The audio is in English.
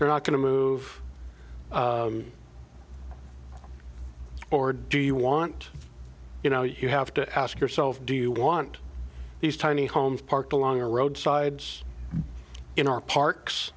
they're not going to move or do you want you know you have to ask yourself do you want these tiny homes parked along a road sides in our parks